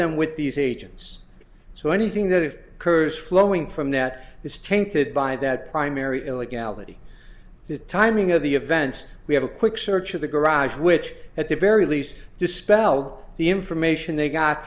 than with these agents so anything that is couriers flowing from that is tainted by that primary illegality the timing of the events we have a quick search of the garage which at the very least dispelled the information they got